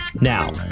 Now